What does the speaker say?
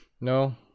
No